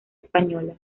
española